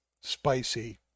spicy